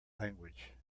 language